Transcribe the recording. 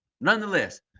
Nonetheless